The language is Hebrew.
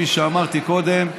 כפי שאמרתי קודם,